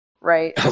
right